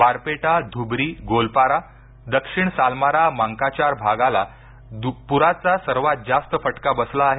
बारपेटा धुबरी गोलपारा दक्षिण सालमारा मांकाचार भागाला पुराचा सर्वात जास्त फटका बसला आहे